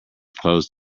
closed